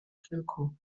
kilku